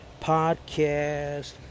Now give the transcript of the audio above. podcast